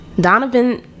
Donovan